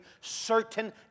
certain